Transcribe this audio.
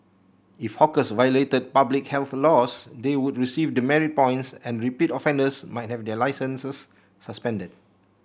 if hawkers violated public health laws they would receive demerit points and repeat offenders might have their licences suspended